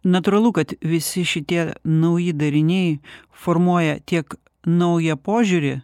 natūralu kad visi šitie nauji dariniai formuoja tiek naują požiūrį